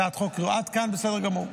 עד כאן בסדר גמור,